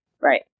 Right